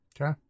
Okay